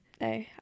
No